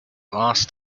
last